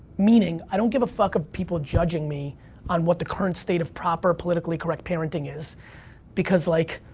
meaning, i don't give a fuck of people judging me on what the current state of proper politically correct parenting is because like,